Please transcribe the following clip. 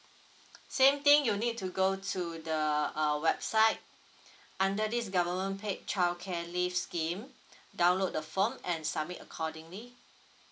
same thing you need to go to the uh website under these government paid childcare leave scheme download the form and submit accordingly